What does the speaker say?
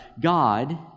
God